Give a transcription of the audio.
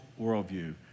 worldview